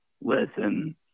Listen